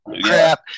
crap